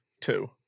Two